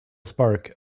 spark